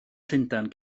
llundain